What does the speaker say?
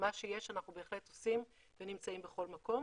מה שיש אנחנו בהחלט עושים ונמצאים בכל מקום.